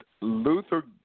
Luther